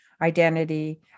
identity